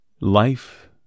Life